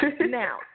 Now